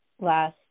last